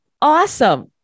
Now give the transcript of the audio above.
awesome